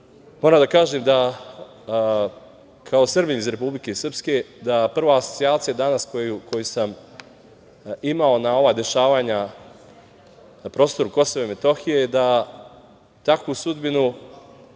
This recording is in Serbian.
Moram da kažem da kao Srbin iz Republike Srpske da prva asocijacija danas koju sam imao na ova dešavanja na prostoru Kosova i Metohije da takvu sudbinu